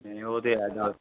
नेई ओह् ते ऐ गल्ल